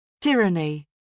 tyranny